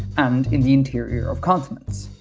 and in the interior of continents.